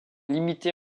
limitée